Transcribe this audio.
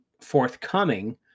forthcoming